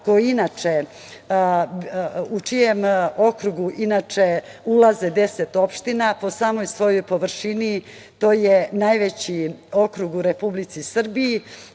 u čijem okrugu inače ulaze 10 opština, po samoj svojoj površini to je najveći okrug u Republici Srbiji.